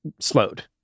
slowed